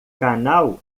canal